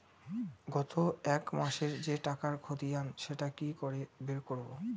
গত এক মাসের যে টাকার খতিয়ান সেটা কি করে বের করব?